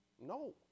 No